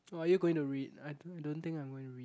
or are you going to read I don't I don't think I'm going to read